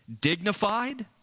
Dignified